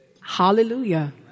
Hallelujah